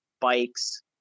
bikes